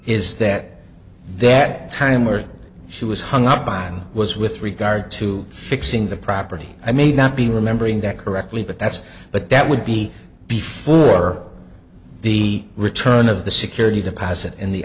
is that that time or she was hung up on was with regard to fixing the property i may not be remembering that correctly but that's but that would be before the return of the security deposit and the